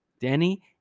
Danny